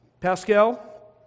pascal